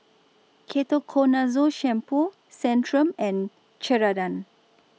Ketoconazole Shampoo Centrum and Ceradan